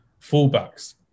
fullbacks